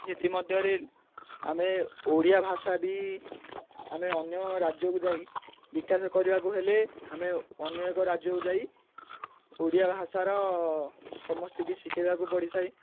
ସେଥିମଧ୍ୟରେ ଆମେ ଓଡ଼ିଆ ଭାଷା ବି ଆମେ ଅନ୍ୟ ରାଜ୍ୟକୁ ଯାଇ ବିକାଶ କରିବାକୁ ହେଲେ ଆମେ ଅନ୍ୟ ଏକ ରାଜ୍ୟକୁ ଯାଇ ଓଡ଼ିଆ ଭାଷାର ସମସ୍ତିଙ୍କି ଶିଖେଇବାକୁ ପଡ଼ିଥାଏ